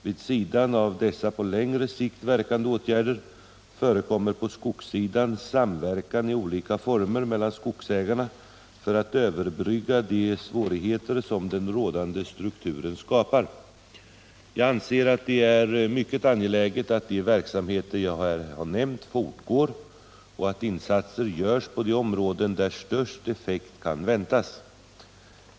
Vid sidan av dessa på längre sikt verkande åtgärder förekommer på skogssidan samverkan iolika former mellan skogsägarna för att överbrygga de svårigheter som den rådande strukturen skapar. Jag anser att det är mycket angeläget att de verksamheter jag här har nämnt fortgår och att insatser görs på de områden där störst effekt kan väntas.